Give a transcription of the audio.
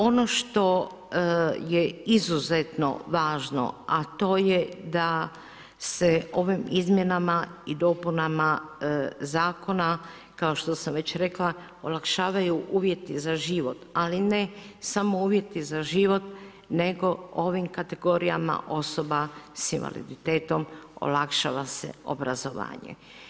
Ono što je izuzetno važno, a to je da se ovim izmjenama i dopunama zakona kao što sam već rekla olakšavaju uvjeti za život, ali ne samo uvjeti za život nego ovim kategorijama osoba s invaliditetom olakšava se obrazovanje.